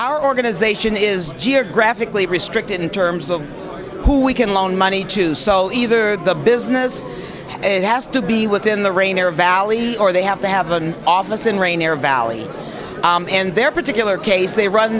our organization is geographically restricted in terms of who we can loan money to so either the business it has to be within the rain or valley or they have to have an office in rainier valley and their particular case they run